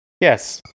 yes